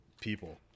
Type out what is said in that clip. people